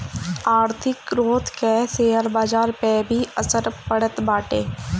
आर्थिक ग्रोथ कअ शेयर बाजार पअ भी असर पड़त बाटे